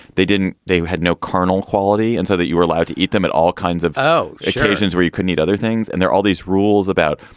they didn't. they had no carnel quality. and so that you were allowed to eat them at all kinds of occasions where you couldn't eat other things. and there all these rules about,